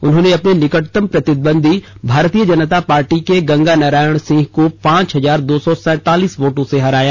उन्होंने अपने निकटतम प्रतिद्वंद्वी भारतीय जनता पार्टी के गंगा नारायण सिंह को पांच हजार दो सौ सैंतालीस वोटों से हराया